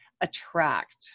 attract